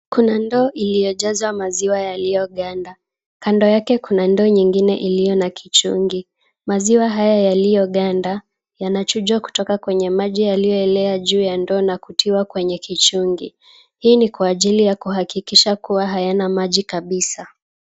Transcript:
Kuna ndoo iliyojazwa maziwa yaliyoganda, kando yake kuna ndoo nyingine iliyo na kichungi. Maziwa haya yaliyoganda yanachujwa kutoka kwenye maji yaliyoelea juu ya ndoo na kutiwa kwenye kichungi. Hii ni kwa ajili ya kuhakikisha kuwa hayana maji kabisa.